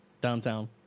Downtown